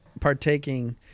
partaking